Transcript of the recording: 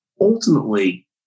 ultimately